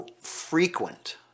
frequent